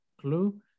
Clue